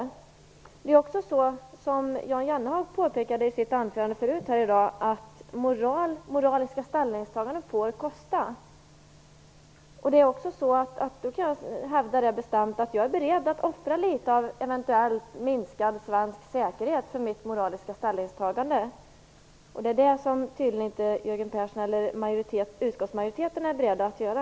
Moraliska ställningstaganden får kosta, som Jan Jennehag påpekade i sitt anförande förut här i dag. Jag kan hävda bestämt att jag är beredd att offra litet av eventuellt minskad svensk säkerhet för mitt moraliska ställningstagande. Det är tydligen inte Jörgen Persson eller utskottsmajoriteten beredd att göra.